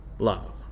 love